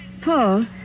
Paul